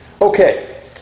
Okay